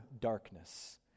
darkness